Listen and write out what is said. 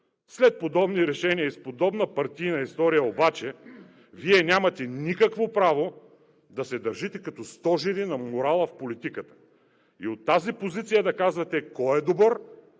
След подобни решения и с подобна партийна история обаче Вие нямате никакво право да се държите като стожери на морала в политиката и от тази позиция да казвате кой е добър